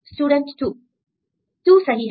student 2 2 सही है